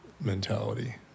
Mentality